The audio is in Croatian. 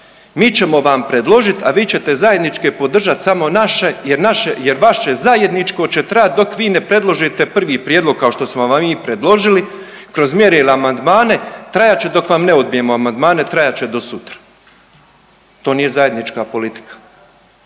mi ćemo vam predložit, a vi ćete zajedničke podržat samo naše jer naše, jer vaše zajedničko će trajati dok vi ne predložite prvi prijedlog kao što smo vam mi predložili kroz mjere ili amandmane, trajat će dok vam ne odbijemo amandmane trajat će do sutra. To nije zajednička politika.